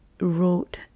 wrote